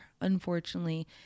unfortunately